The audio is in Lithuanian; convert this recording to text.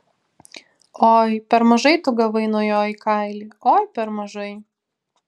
oi per mažai tu gavai nuo jo į kailį oi per mažai